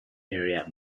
area